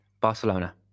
Barcelona